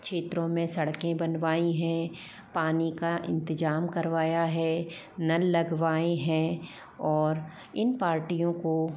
क्षेत्रों में सड़कें बनवाई हैं पानी का इंतजाम करवाया है नल लगवाएं हैं और इन पार्टियों को